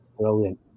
brilliant